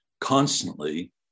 Constantly